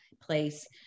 place